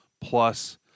Plus